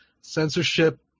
censorship